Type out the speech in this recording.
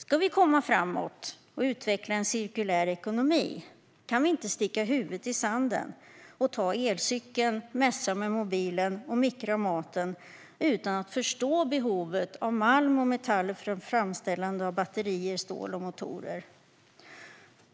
Ska vi komma framåt och utveckla en cirkulär ekonomi kan vi inte sticka huvudet i sanden och ta elcykeln, messa med mobilen och mikra maten utan att förstå behovet av malm och metaller för framställande av batterier, stål och motorer.